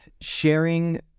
sharing